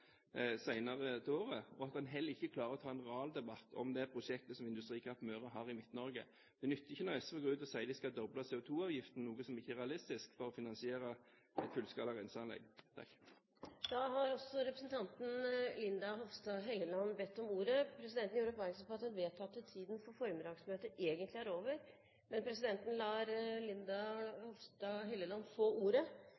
senere på året. Jeg synes også det er rart at en ikke klarer å ta en realdebatt om det prosjektet som Industrikraft Møre har i Midt-Norge. Det nytter ikke når SV går ut og sier de skal doble CO2-avgiften, noe som ikke er realistisk, for å finansiere fullskala renseanlegg. Representanten Linda C. Hofstad Helleland har også bedt om ordet. Presidenten gjør oppmerksom på at tiden for første del av formiddagsmøtet egentlig er over. Presidenten lar Linda